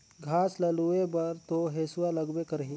घास ल लूए बर तो हेसुआ लगबे करही